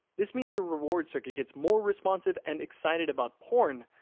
this means your reward circuit gets more responsive and excited about porn,